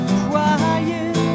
quiet